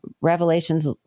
revelations